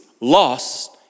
lost